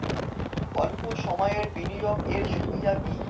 অল্প সময়ের বিনিয়োগ এর সুবিধা কি?